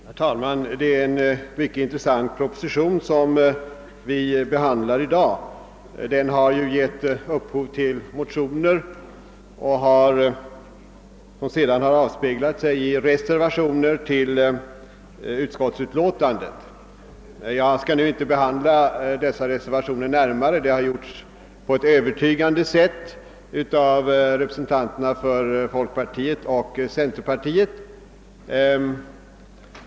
Herr talman! Det är en mycket intressant proposition som här behandlas, och den har också gett upphov till olika motioner som sedan avspeglat sig i reservationer till utskottsutlåtandet. Jag skall inte närmare kommentera dessa reservationer — det har på ett övertygande sätt gjorts av representanterna för folkpartiet och centerpartiet.